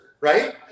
Right